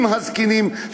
עם הזקנים,